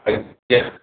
ଆଜ୍ଞା